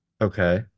Okay